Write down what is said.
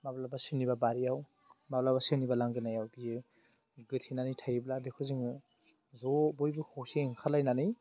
माब्लाबा सोरनिबा बारियाव माब्लाबा सोरनिबा लांगोनायाव बियो गोथेनानै थायोब्ला बेखौ जोङो ज' बयबो खौसेयै ओंखारलायनानै